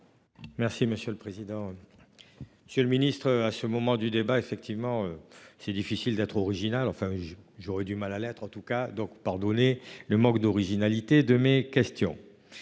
Merci monsieur le président. Monsieur le ministre, à ce moment du débat, effectivement c'est difficile d'être original, enfin j'je j'aurais du mal à l'être en tout cas donc pardonnez le manque d'originalité de mes questions.